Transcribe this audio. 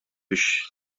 biex